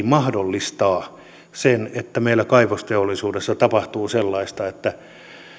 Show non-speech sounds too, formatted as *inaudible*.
*unintelligible* mahdollistaa sen että meillä kaivosteollisuudessa tapahtuu sellaista että